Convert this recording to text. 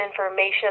information